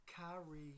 Kyrie